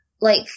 like-